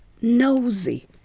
nosy